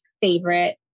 favorite